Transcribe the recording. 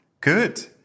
good